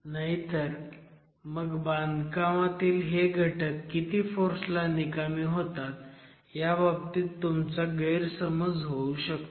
नाहीतर मग बांधकामातील हे घटक किती फोर्स ला निकामी होतात ह्याबाबतीत तुमचा गैरसमज होऊ शकतो